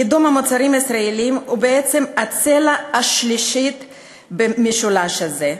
קידום המוצרים הישראליים הוא בעצם הצלע השלישית במשולש הזה,